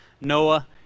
Noah